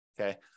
okay